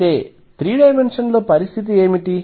అయితే 3 డైమెన్షన్లో పరిస్థితి ఏమిటి